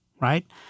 right